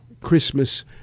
Christmas